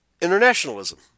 Internationalism